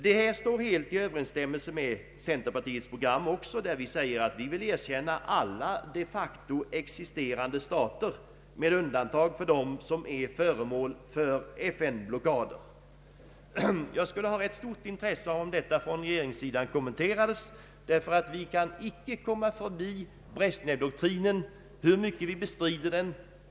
Detta står helt i överensstämmelse med centerpartiets program, där vi säger att vi vill erkänna alla de facto existerande stater med undantag för dem som är föremål för FN-blockader. Jag skulle ha ett rätt stort intresse om regeringen ville kommentera detta, ty vi kan inte komma förbi Brezjnevdoktrinen, hur mycket vi än bestrider den.